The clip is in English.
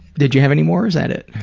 did you have any more, or is that it?